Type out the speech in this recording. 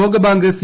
ലോകബാങ്ക് സി